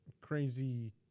crazy